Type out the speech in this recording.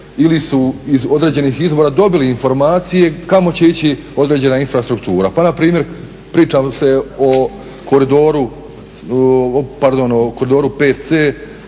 ili su iz određenih izvora dobili informacije kamo će ići određena infrastruktura. Pa npr. priča se o koridoru, pardon o koridoru 5c